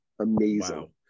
Amazing